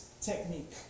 technique